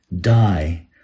die